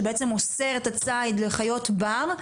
שבעצם אוסר את הציד של חיות בר,